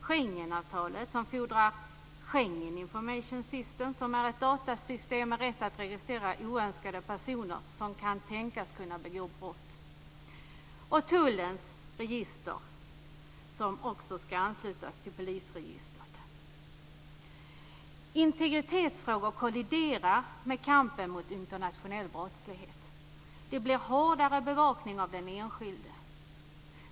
Schengenavtalet fordrar ett Schengen Information System, som är ett datasystem där oönskade personer som kan tänkas begå brott får registreras. Det handlar slutligen om tullens register, som också skall anslutas till polisregistret. Integritetsfrågor kolliderar med kampen mot internationell brottslighet. Det blir en hårdare bevakning av den enskilde.